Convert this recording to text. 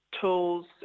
tools